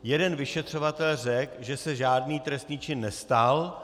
Jeden vyšetřovatel řekl, že se žádný trestný čin nestal.